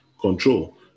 control